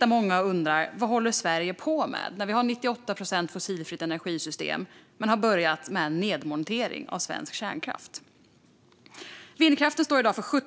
Men många undrar vad Sverige håller på med när vi har ett 98 procent fossilfritt energisystem men har börjat med en nedmontering av svensk kärnkraft. Vindkraften